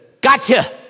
gotcha